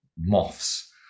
moths